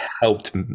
helped